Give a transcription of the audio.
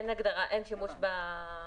הקפדה על המסכות זה לא הדבר היחיד שאנחנו